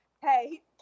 Hey